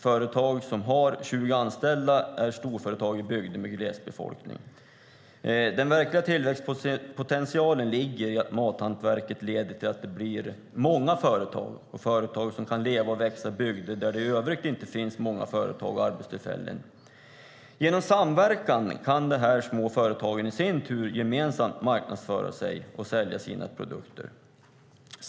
Företag som har 20 anställda är storföretag i glest befolkade bygder. Den verkliga tillväxtpotentialen ligger i att mathantverket leder till att det blir många företag och företag som kan leva och växa i bygder där det i övrigt inte finns många företag och arbetstillfällen. Genom samverkan kan de små företagen i sin tur gemensamt marknadsföra sig och sälja sina produkter.